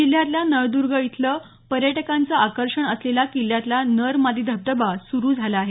जिल्ह्यातल्या नळदर्ग इथं पर्यटकांचं आकर्षण असलेला किल्ल्यातला नर मादी धबधबा सुरू झाला आहे